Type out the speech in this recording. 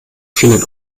vielen